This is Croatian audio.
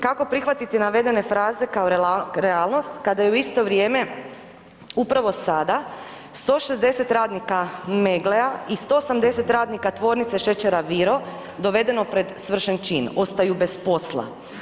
Kako prihvatiti navedene fraze kao realnost kada je u isto vrijeme upravo sada 160 radnika Megglea i 180 radnika tvornice šećera Viro dovedeno pred svršen čin, ostaju bez posla.